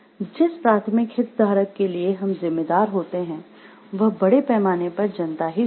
जिस प्राथमिक हितधारक के लिए हम जिम्मेदार होते हैं वह बड़े पैमाने पर जनता ही होती है